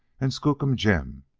and skookum jim!